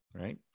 right